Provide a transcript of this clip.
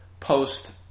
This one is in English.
Post